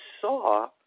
saw